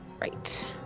Right